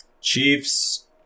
Chiefs